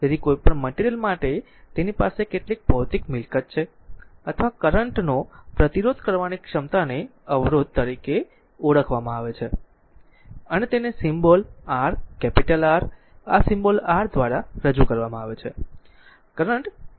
તેથી કોઈપણ મટેરિયલ માટે તેની પાસે કેટલીક ભૌતિક મિલકત છે અથવા કરંટ નો પ્રતિરોધ કરવાની ક્ષમતાને અવરોધ તરીકે ઓળખવામાં આવે છે અને તેને સિમ્બોલ r કેપિટલ r આ સિમ્બોલ r દ્વારા રજૂ કરવામાં આવે છે